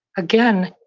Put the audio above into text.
again,